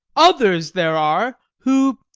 others there are who,